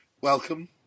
welcome